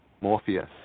Morpheus